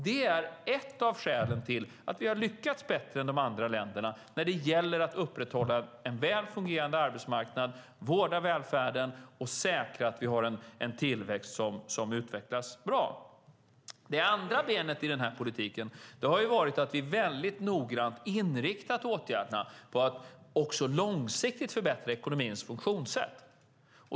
Det är ett av skälen till att vi har lyckats bättre än de andra länderna när det gäller att upprätthålla en väl fungerande arbetsmarknad, vårda välfärden och säkra en tillväxt som utvecklas bra. Det andra benet i den här politiken har varit att vi noggrant inriktat åtgärderna på att också långsiktigt förbättra ekonomins funktionssätt.